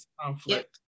conflict